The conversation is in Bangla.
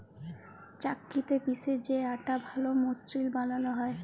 চাক্কিতে পিসে যে আটা ভাল মসৃল বালাল হ্যয়